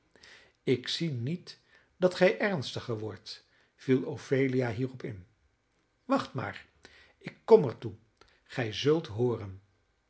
ik zie niet dat gij ernstiger wordt viel ophelia hierop in wacht maar ik kom er toe gij zult hooren